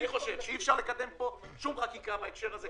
אני חושב שאי-אפשר לקדם שום חקיקה בהקשר של חוק